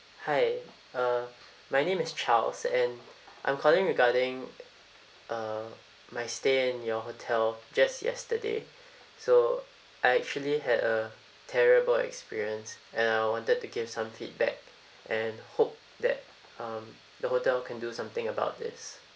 hi uh my name is charles and I'm calling regarding uh my stay in your hotel just yesterday so I actually had a terrible experience and I wanted to give some feedback and hope that um the hotel can do something about this